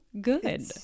good